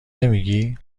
نمیگی